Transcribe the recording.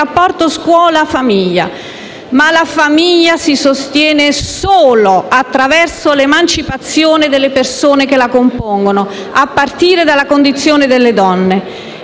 scuola-famiglia. La famiglia si sostiene solo attraverso l'emancipazione delle persone che la compongono, a partire dalla condizione delle donne.